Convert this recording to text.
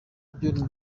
ibyo